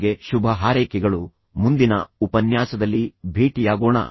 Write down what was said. ನಿಮಗೆ ಶುಭ ಹಾರೈಕೆಗಳು ಮುಂದಿನ ಉಪನ್ಯಾಸದಲ್ಲಿ ಭೇಟಿಯಾಗೋಣ